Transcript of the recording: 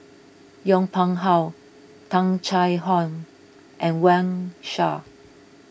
Yong Pung How Tung Chye Hong and Wang Sha